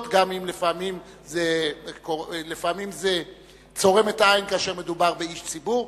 גם אם לפעמים זה צורם לעין כאשר מדובר באיש ציבור.